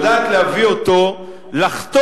יודעת להביא אותו לחתום